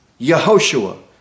Yehoshua